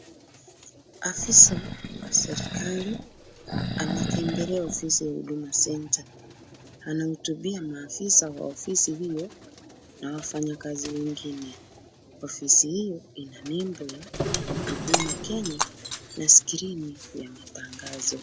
Afisa wa serikali ametembelea ofisi ya Huduma Center. Anahutubia maafisa wa ofisi hiyo na wafanyikazi wengine. Ofisi hiyo ina nembo ya Huduma Kenya na skrini ya matangazo.